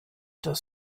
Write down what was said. das